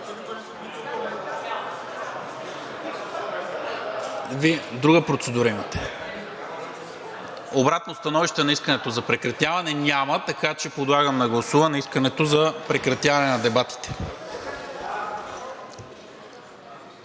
Вие друга процедура имате. Обратно становище на искането за прекратяване няма. Подлагам на гласуване искането за прекратяване на дебатите.